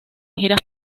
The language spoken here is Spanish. giras